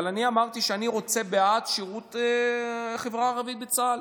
אבל אני אמרתי שאני רוצה שירות של חברה הערבית בצה"ל.